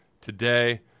today